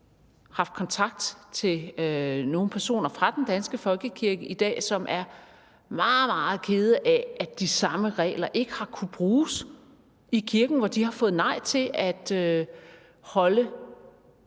haft kontakt til nogle personer fra den danske folkekirke i dag, som er meget, meget kede af, at de samme regler ikke har kunnet bruges i kirken, hvor de har fået nej til at holde